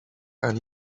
and